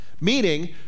Meaning